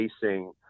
facing